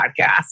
podcast